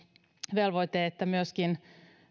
velvoite että myöskin